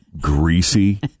greasy